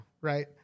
Right